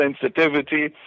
sensitivity